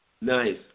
Nice